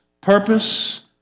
purpose